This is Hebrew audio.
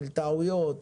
של טעויות,